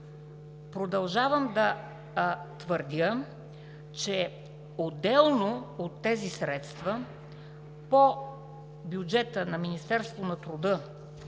Продължавам да твърдя, че отделно от тези средства по бюджета на Министерството на труда